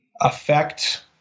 affect